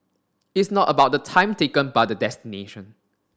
it's not about the time taken but the destination